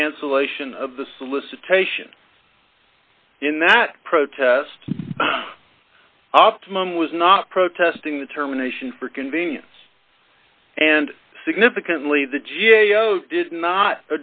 the cancellation of the solicitation in that protest optimum was not protesting the terminations for convenience and significantly the g a o did not